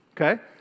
Okay